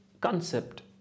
concept